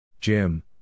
Jim